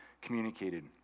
communicated